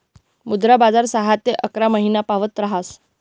मुद्रा बजार सहा ते अकरा महिनापावत ऱहास